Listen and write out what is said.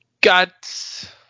got